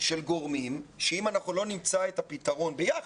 של גורמים שאם אנחנו לא נמצא את הפתרון המערכתי - ביחד,